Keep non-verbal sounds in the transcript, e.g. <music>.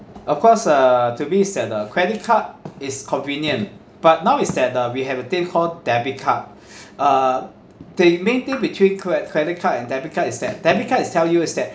of course uh to me is that uh credit card is convenient but now is that uh we have a thing called debit card <breath> uh the main thing between cre~ credit card and debit debit card is that debit card is tell you is that